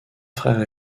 frères